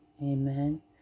Amen